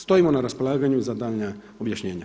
Stojimo na raspolaganju za daljnja objašnjenja.